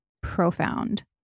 profound